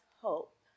hope